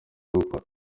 gukora